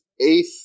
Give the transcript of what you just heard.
eighth